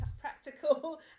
practical